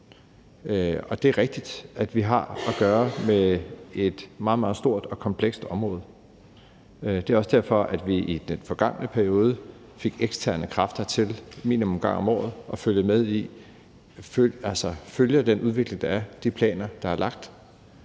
Det er rigtigt, at vi har at gøre med et meget, meget stort og komplekst område. Det er også derfor, vi i den forgangne periode fik eksterne kræfter til minimum en gang om året at følge den udvikling, der er, og følge med i de planer, der er lagt.